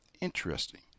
Interesting